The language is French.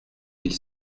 mille